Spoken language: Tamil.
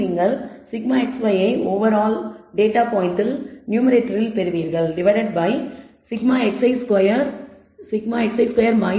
மேலும் நீங்கள் σxy ஐ ஓவர் ஆல் டேட்டா பாயிண்ட்ஸ் நியூமேரேட்டரில் பெறுவீர்கள் டிவைடட் பை σxi ஸ்கொயர்